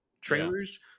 trailers